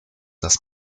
dass